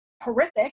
horrific